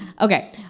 Okay